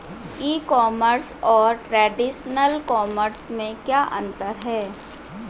ई commerce और traditional commerce में क्या अंतर है?